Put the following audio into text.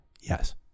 yes